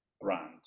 brand